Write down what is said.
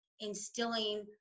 instilling